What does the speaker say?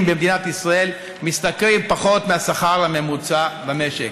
במדינת ישראל משתכרים פחות מהשכר הממוצע במשק.